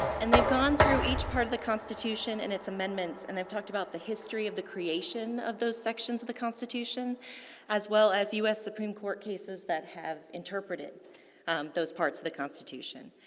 and, they've gone through each part of the constitution and its amendments. and, they've talked about the history of the creation of those sections of the constitution as well as u s. supreme court cases that have interpreted those parts of the constitution.